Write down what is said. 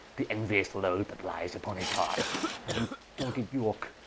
the enuious load that lyes vpon his heart and dogged yorke,